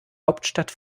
hauptstadt